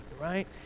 right